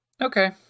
okay